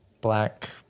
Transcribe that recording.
black